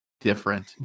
different